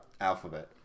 alphabet